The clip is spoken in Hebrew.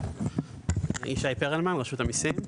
ישי פרלמן, רשות המסים.